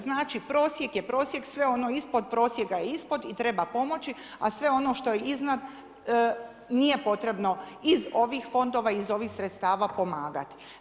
Znači, prosjek je prosjek, sve ono ispod prosjeka je ispod i treba pomoći, a sve ono što je iznad, nije potrebno iz ovih fondova, iz ovih sredstava pomagati.